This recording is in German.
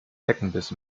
zeckenbiss